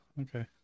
okay